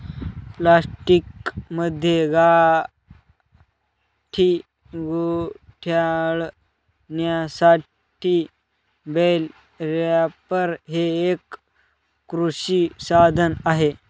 प्लास्टिकमध्ये गाठी गुंडाळण्यासाठी बेल रॅपर हे एक कृषी साधन आहे